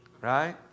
right